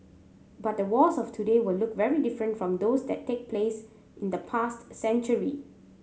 but the wars of today will look very different from those that take place in the past century